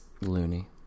loony